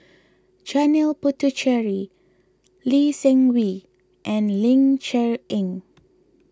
Janil Puthucheary Lee Seng Wee and Ling Cher Eng